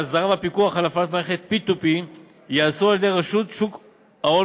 האסדרה והפיקוח על הפעלת מערכת P2P ייעשו על-ידי רשות שוק ההון,